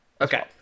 Okay